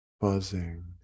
buzzing